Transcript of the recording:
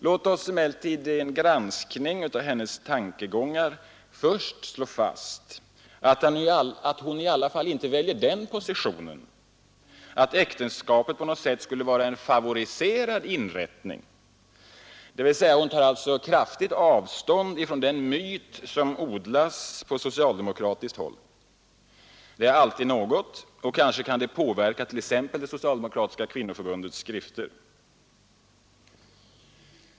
Låt oss emellertid vid en granskning av hennes tankegångar först slå fast att hon i alla fall inte väljer den positionen att äktenskapet på något sätt skulle vara en favoriserad inrättning, dvs. hon tar kraftigt avstånd från den myt som odlas på socialdemokratiskt håll. Det är alltid något, och kanske kan det påverka t.ex. det socialdemokratiska kvinnoförbundets skrifter.